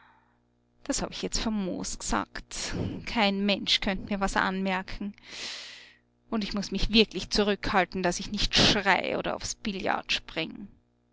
das hab ich jetzt famos gesagt kein mensch könnt mir was anmerken und ich muß mich wirklich zurückhalten daß ich nicht schrei oder aufs billard spring